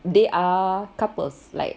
they are couples like